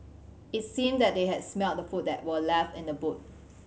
it seemed that they had smelt the food that were left in the boot